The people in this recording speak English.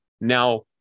Now